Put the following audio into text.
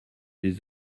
des